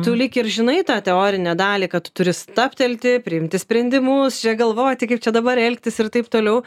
tu lyg ir žinai tą teorinę dalį kad turi stabtelti priimti sprendimus čia galvoti kaip čia dabar elgtis ir taip toliau